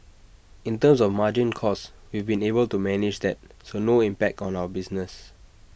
in terms of our margin costs we've been able to manage that so no impact on our business